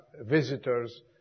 visitors